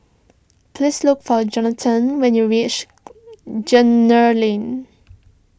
please look for Jonathan when you reach Lane